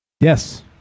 yes